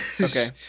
Okay